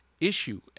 issue